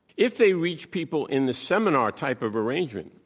if they reach people in the seminar type of arrangement,